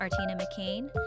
ArtinaMcCain